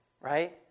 right